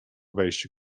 wejście